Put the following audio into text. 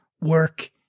work